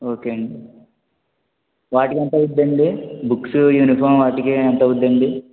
ఓకేండి వాటికి ఎంత అవుతుందండి బుక్స్ యూనిఫార్మ్ వాటికి ఎంత అవుతుందండి